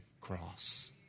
cross